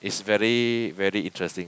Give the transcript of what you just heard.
it's very very interesting